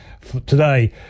today